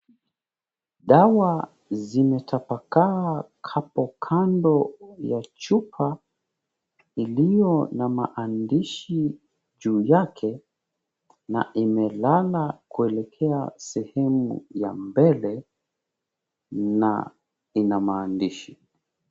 Dawa zimetapakaa hapo kando ya chupa iliyo na maandishi juu yake, na imelala kuelekea sehemu ya mbele na ina maandishi.